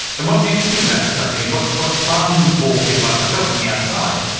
and what's interesting about this project, and what's what's fun for people like myself on the outside,